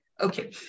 Okay